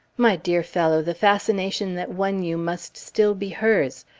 my dear fellow, the fascination that won you must still be hers,